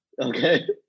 Okay